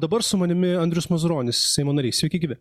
dabar su manimi andrius mazuronis seimo nariai sveiki gyvi